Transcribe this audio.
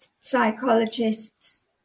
Psychologists